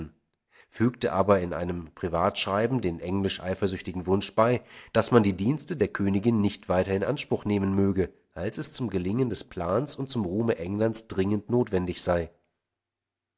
fügte aber in einem privatschreiben den englisch eifersüchtigen wunsch bei daß man die dienste der königin nicht weiter in anspruch nehmen möge als es zum gelingen des plans und zum ruhme englands dringend notwendig sei